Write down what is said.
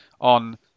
on